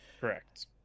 Correct